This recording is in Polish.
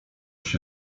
się